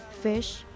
fish